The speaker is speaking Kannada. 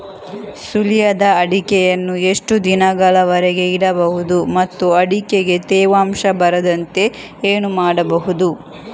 ಸುಲಿಯದ ಅಡಿಕೆಯನ್ನು ಎಷ್ಟು ದಿನಗಳವರೆಗೆ ಇಡಬಹುದು ಮತ್ತು ಅಡಿಕೆಗೆ ತೇವಾಂಶ ಬರದಂತೆ ಏನು ಮಾಡಬಹುದು?